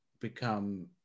become